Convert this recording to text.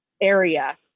area